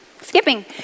Skipping